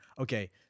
Okay